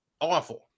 awful